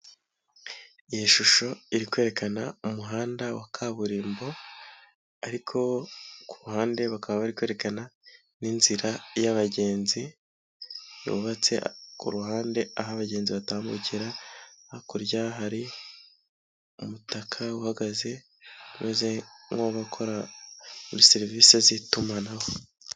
Iyi shusho iri kwerekana umuhanda wa kaburimbo, ariko ku ruhande bakaba bari kwerekana inzira yabagenzi yubatse ku ruhande aho abagenzi batambukira, hakurya hari umutaka uhagaze umeze nk'uw'abakora muri serivisi z'itumanaho.